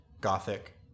Gothic